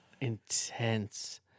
intense